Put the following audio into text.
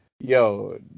Yo